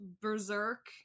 berserk